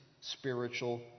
spiritual